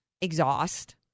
exhaust